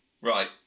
Right